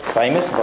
famous